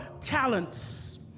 talents